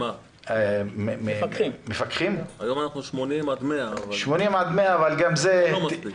100 מפקחים, וגם זה לא מספיק.